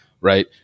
right